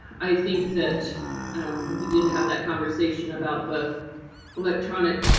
i think that we did have that conversation about the electronic.